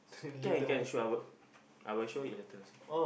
I can I can sure I will I will show it later also